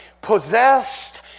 possessed